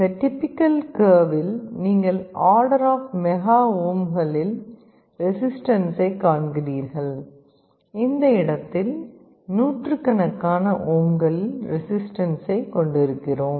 இந்த டிபிக்கல் கர்வில் நீங்கள் ஆர்டர் ஆப் மெகா ஓம்களில் ரெசிஸ்டன்ஸைக் காண்கிறீர்கள் இந்த இடத்தில் நூற்றுக்கணக்கான ஓம்களில் ரெசிஸ்டன்ஸைக் கொண்டிருக்கிறோம்